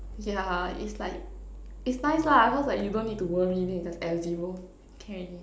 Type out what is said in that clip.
yeah is like is nice lah cause like you don't need to worry then you just add a zero can already